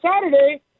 Saturday